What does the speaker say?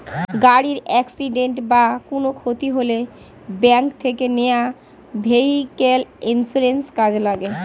গাড়ির অ্যাকসিডেন্ট বা কোনো ক্ষতি হলে ব্যাংক থেকে নেওয়া ভেহিক্যাল ইন্সুরেন্স কাজে লাগে